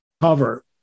cover